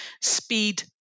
speed